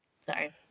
sorry